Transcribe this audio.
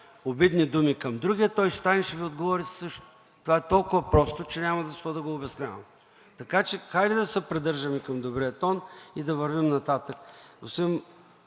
обидни думи към другия, той ще стане и ще Ви отговори със същото. Това е толкова просто, че няма защо да го обяснявам. Така че, хайде да се придържаме към добрия тон и да вървим нататък.